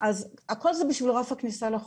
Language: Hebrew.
אז הכול זה עבור רף הכניסה לחוק.